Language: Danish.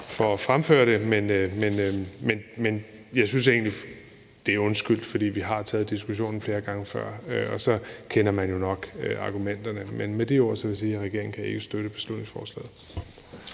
for at fremføre det. Men jeg synes egentlig, det er undskyldt, for vi har taget diskussionen flere gange før, og så kender man jo nok argumenterne. Med de ord vil jeg sige, at regeringen ikke kan støtte beslutningsforslaget.